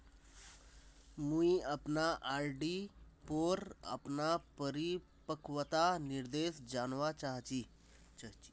मुई अपना आर.डी पोर अपना परिपक्वता निर्देश जानवा चहची